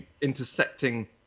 intersecting